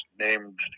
named